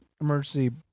emergency